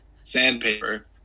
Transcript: sandpaper